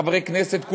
חברי כנסת,